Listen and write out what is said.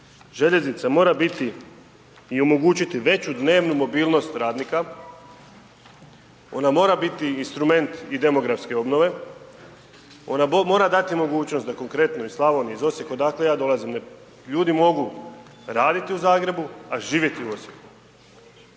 željeznica mora biti i omogućiti veću dnevnu mobilnost radnika, ona mora biti instrument i demografske obnove, ona mora dati mogućnosti da konkretno iz Slavonije, iz Osijeka odakle ja dolazim, ljudi mogu raditi u Zagrebu i živjeti u Osijeku,